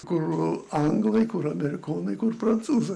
kur anglai kur amerikonai kur prancūzai